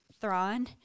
Thrawn